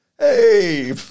hey